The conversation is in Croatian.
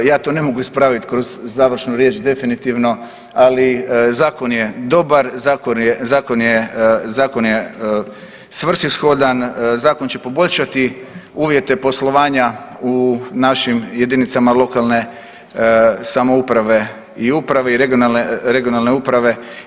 Ja to ne mogu ispraviti kroz završnu riječ definitivno, ali zakon je dobar, zakon je svrsishodan, zakon će poboljšati uvjete poslovanja u našim jedinicama lokalne samouprave i uprave i regionalne uprave.